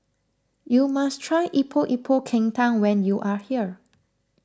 you must try Epok Epok Kentang when you are here